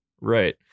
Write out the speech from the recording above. Right